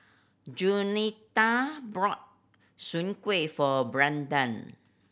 Juanita bought soon kway for Branden